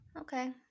Okay